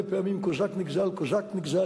לעתים, אומרים הרבה פעמים: קוזק נגזל, קוזק נגזל.